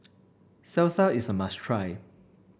salsa is a must try